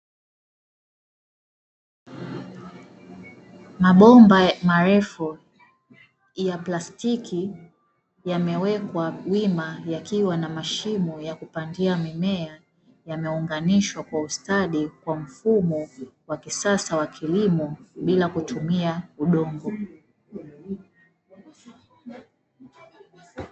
Mabomba marefu ya plastiki yamewekwa wima yakiwa na mashimo ya kupandia mimea, yameunganishwa kwa ustadi kwa mfumo wa kisasa wa kilimo bila kutumia udongo.